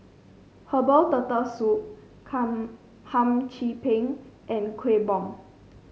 Herbal Turtle Soup Hum Chim Peng and Kueh Bom